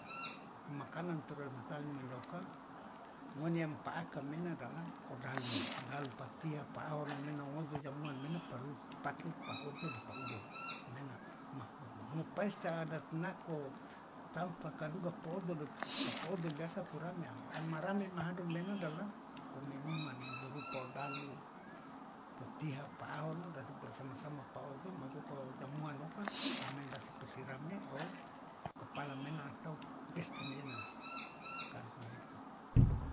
Makanan tradisional mane oka ngone yang pa aka mena adalah o dalu dalu pa tia pa aho mena ngodo jamuan mena perlu pa pake odo de pa udo mena mo pesta adat nako tampa ka duga de po odo de ka po odo biasa po rame a ma rame ma hado mena adalah o minuman berupa o dalu po tiha pa ahono de asa bersama sama pa odo ma goko jamuan oka de maena asa posi rame o kepala mena atau pesta maena